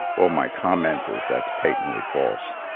well, my comment is, that's patently false.